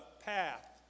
path